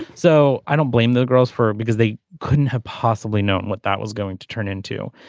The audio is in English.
so i don't blame the girls for because they couldn't have possibly known what that was going to turn into.